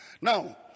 Now